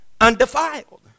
undefiled